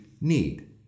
need